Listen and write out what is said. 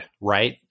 right